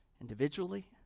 individually